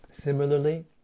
Similarly